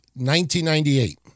1998